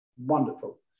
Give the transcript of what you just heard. Wonderful